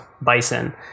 bison